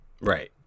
Right